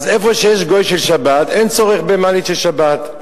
איפה שיש גוי של שבת, אין צורך במעלית של שבת.